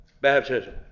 baptism